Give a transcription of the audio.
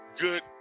good